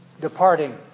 departing